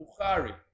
Bukhari